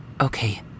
Okay